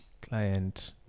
Client